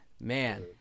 Man